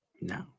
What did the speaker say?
No